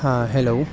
ہاں ہیلو